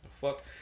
Fuck